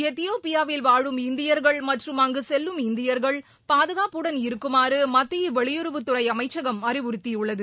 எத்தியோபியாவில் வாழும் இந்தியர்கள் மற்றும் அங்கு செல்லும் இந்தியர்கள் பாதுகாப்புடன் இருக்குமாறு மத்திய வெளியுறவுத்துறை அமைச்சகம் அறிவறுத்தியுள்ளது